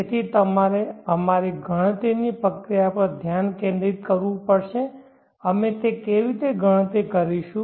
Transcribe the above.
તેથી તમારે અમારી ગણતરીની પ્રક્રિયા પર ધ્યાન કેન્દ્રિત કરવું પડશે અમે કેવી રીતે ગણતરી કરીશું